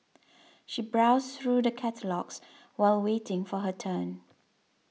she browsed through the catalogues while waiting for her turn